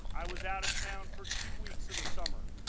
i was out of town for two weeks of the summer.